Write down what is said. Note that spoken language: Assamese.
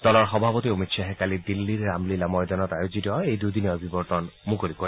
দলৰ সভাপতি অমিত শ্বাহে কালি দিল্লীৰ ৰামলীলা ময়দানত আয়োজিত এই দুদিনীয়া অভিৱৰ্তন মুকলি কৰে